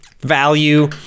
value